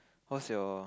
how's your